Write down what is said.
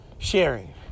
sharing